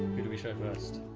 who do we show first?